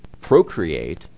procreate